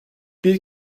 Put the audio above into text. bir